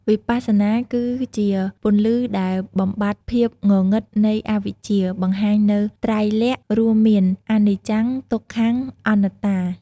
វិបស្សនាគឺជាពន្លឺដែលបំបាត់ភាពងងឹតនៃអវិជ្ជា បង្ហាញនូវ ត្រៃលក្ខណ៍ រួមមាន អនិច្ចំ ទុក្ខំ អនត្តា។